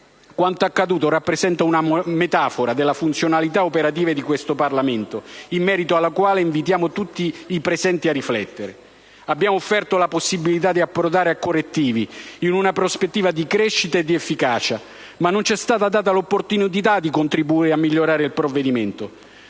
Quanto accaduto rappresenta una metafora della funzionalità operativa di questo Parlamento in merito alla quale invito tutti i presenti a riflettere. Abbiamo offerto la possibilità di apportare correttivi in una prospettiva di crescita e di efficienza, ma non c'è stata data l'opportunità di contribuire a migliorare il provvedimento.